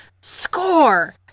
SCORE